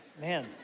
man